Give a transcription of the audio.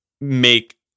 make